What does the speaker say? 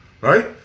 right